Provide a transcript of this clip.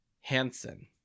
Hansen